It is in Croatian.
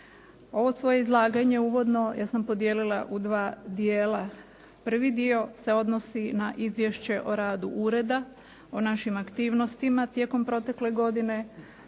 Ovo svoje izlaganje uvodno ja sam podijelila u dva dijela. Prvi dio se odnosi na izvješće o radu ureda, o našim aktivnostima tijekom protekle godine